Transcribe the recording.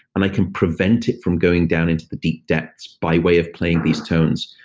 and i can prevent it from going down into the deep depths by way of playing these tones.